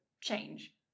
change